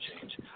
change